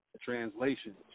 translation